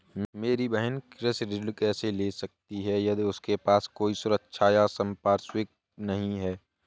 मेरी बहिन कृषि ऋण कैसे ले सकती है यदि उसके पास कोई सुरक्षा या संपार्श्विक नहीं है?